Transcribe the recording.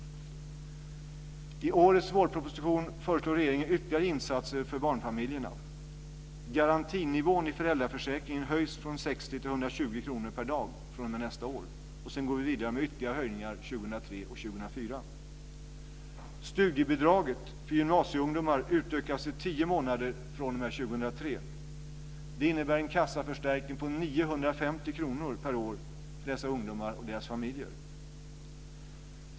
I årets vårproposition föreslår regeringen ytterligare insatser för barnfamiljerna. Garantinivån i föräldraförsäkringen höjs från 60 till 120 kr per dag med verkan fr.o.m. nästa år, och sedan går vi vidare med ytterligare höjningar 2003 och 2004. Studiebidraget till gymnasieungdomar utökas till tio månader med verkan fr.o.m. 2003. Det innebär en kassaförstärkning om 950 kr per år för dessa ungdomar och deras familjer.